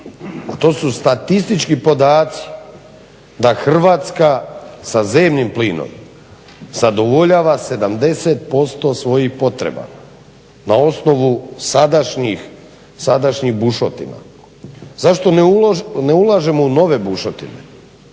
to su statistički podaci, da Hrvatska sa zemnim plinom, zadovoljava 70% svojih potreba na osnovu sadašnjih bušotina. Zašto ne ulažemo u nove bušotine,